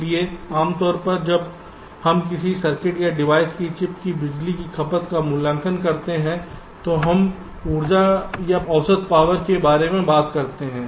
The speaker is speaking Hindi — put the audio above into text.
इसलिए आम तौर पर जब हम किसी सर्किट या डिवाइस या चिप की बिजली खपत का मूल्यांकन करते हैं तो हम ऊर्जा या औसत पावर के बारे में बात करते हैं